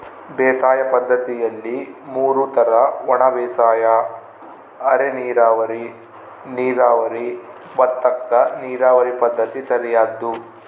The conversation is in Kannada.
ಬೇಸಾಯ ಪದ್ದತಿಯಲ್ಲಿ ಮೂರು ತರ ಒಣಬೇಸಾಯ ಅರೆನೀರಾವರಿ ನೀರಾವರಿ ಭತ್ತಕ್ಕ ನೀರಾವರಿ ಪದ್ಧತಿ ಸರಿಯಾದ್ದು